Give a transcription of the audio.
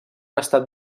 estat